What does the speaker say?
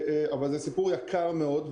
תדעו שזה סיפור יקר מאוד.